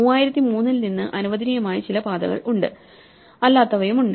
3003 ൽ നിന്ന് അനുവദനീയമായ ചില പാതകൾ ഉണ്ട് അല്ലാത്തവയുമുണ്ട്